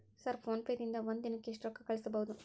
Sir PhonePe ದಿಂದ ಒಂದು ದಿನಕ್ಕೆ ಎಷ್ಟು ರೊಕ್ಕಾ ಕಳಿಸಬಹುದು?